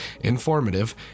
informative